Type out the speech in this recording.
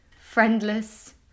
friendless